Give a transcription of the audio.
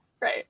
Right